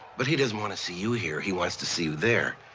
but he doesn't want to see you here. he wants to see you there,